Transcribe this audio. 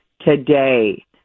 Today